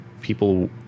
people